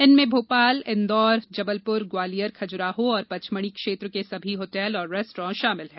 इनमें भोपाल इंदौर जबलपुर ग्वालियर खजुराहो और पचमढ़ी क्षेत्र के सभी होटल और रेस्टोरेंट शामिल हैं